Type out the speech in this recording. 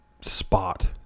spot